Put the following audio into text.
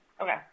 Okay